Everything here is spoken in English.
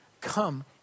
Come